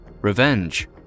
Revenge